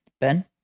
ben